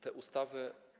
te ustawy.